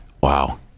Wow